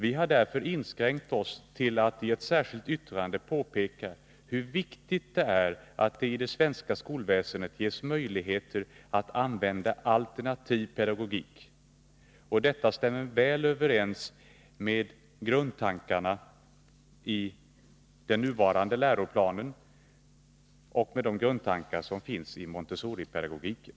Vi har därför inskränkt oss till att i ett särskilt yttrande påpeka hur viktigt det är att det i det svenska skolväsendet ges möjlighet att använda alternativ pegagogik. Detta stämmer väl överens med grundtankarna i den nuvarande läroplanen och med grundtankarna i montessoripedagogiken.